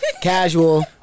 Casual